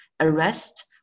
arrest